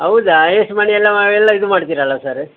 ಹೌದಾ ಎಷ್ಟು ಮನೆಯಲ್ಲ ಮಾ ಎಲ್ಲ ಇದು ಮಾಡ್ತೀರಲ್ಲ ಸರ್